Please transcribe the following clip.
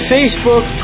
Facebook